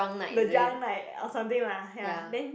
the drunk night or something lah ya then